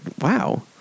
wow